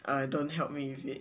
like don't help me with it